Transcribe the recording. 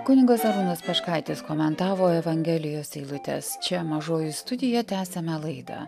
kunigas arūnas peškaitis komentavo evangelijos eilutes čia mažoji studija tęsiame laidą